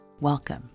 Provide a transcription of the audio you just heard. Welcome